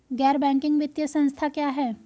गैर बैंकिंग वित्तीय संस्था क्या है?